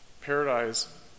Paradise